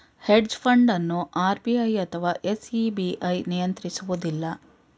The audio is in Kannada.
ಹೆಡ್ಜ್ ಫಂಡ್ ಅನ್ನು ಆರ್.ಬಿ.ಐ ಅಥವಾ ಎಸ್.ಇ.ಬಿ.ಐ ನಿಯಂತ್ರಿಸುವುದಿಲ್ಲ